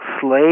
slave